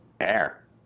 Air